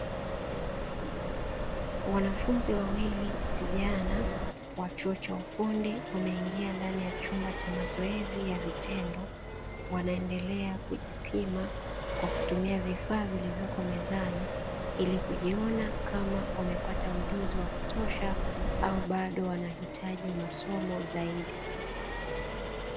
Wanafunzi wawili vijana wa chuo cha ufundi wameingia ndani ya chumba cha mazoezi ya vitendo, wanaendelea kujipima kwa kutumia vifaa vilivyopo mezani ili kujiona kama wamepata ujuzi wa kutosha au bado wanahitaji masoma zaidi.